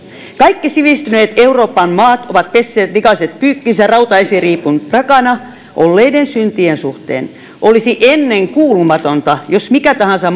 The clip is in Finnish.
kaikki sivistyneet euroopan maat ovat pesseet likaiset pyykkinsä rautaesiripun takana olleiden syntien suhteen olisi ennenkuulumatonta jos mikä tahansa